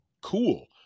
cool